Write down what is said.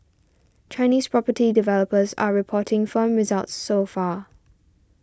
Chinese property developers are reporting firm results so far